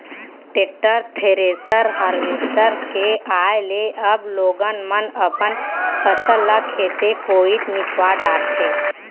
tractor, thresher, harvester के आए ले अब लोगन मन अपन फसल ल खेते कोइत मिंसवा डारथें